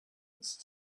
iki